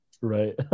Right